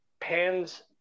pans